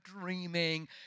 dreaming